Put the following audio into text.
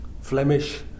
Flemish